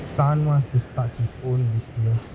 sun wants to start his own business